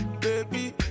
baby